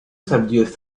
subdues